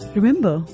Remember